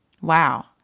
Wow